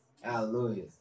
Hallelujah